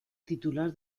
titular